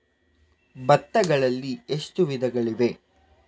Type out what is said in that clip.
ಭತ್ತಗಳಲ್ಲಿ ಎಷ್ಟು ವಿಧಗಳಿವೆ?